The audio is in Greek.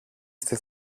στη